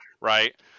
right